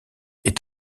est